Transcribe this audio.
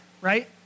right